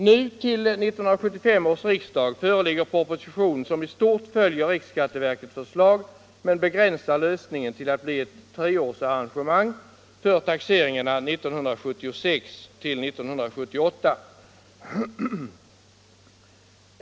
Nu till 1975 års riksdag föreligger en proposition som i stort sett följer riksskatteverkets förslag men begränsar lösningen till att bli ett treårsarrangemang för taxeringarna 1976-1978.